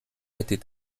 était